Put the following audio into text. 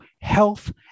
health